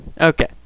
Okay